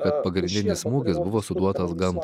kad pagrindinis smūgis buvo suduotas gana